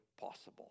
possible